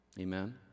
amen